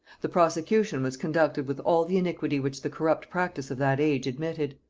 the prosecution was conducted with all the iniquity which the corrupt practice of that age admitted.